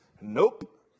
Nope